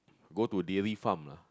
go to dairy farm